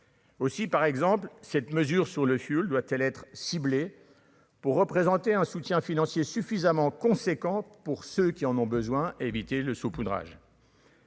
Aussi, par exemple, cette mesure sur le fioul doit-elle être ciblées pour représenter un soutien financier suffisamment conséquente pour ceux qui en ont besoin, éviter le saupoudrage.